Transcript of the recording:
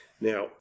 Now